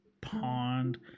pond